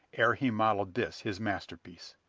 ere he modelled this his masterpiece!